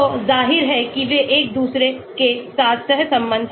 तो जाहिर है कि वे एक दूसरे के साथ सहसंबद्ध हैं